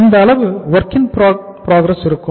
எந்த அளவு WIP இருக்கும்